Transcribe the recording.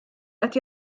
qed